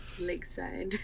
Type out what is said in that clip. lakeside